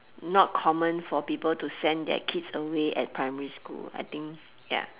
not common for people to send their kids away at primary school I think ya